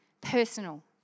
personal